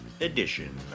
edition